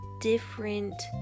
different